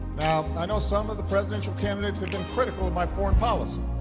now, i know some of the presidential candidates have been critical of my foreign policy.